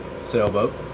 sailboat